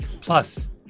Plus